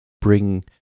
bring